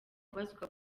kubazwa